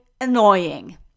annoying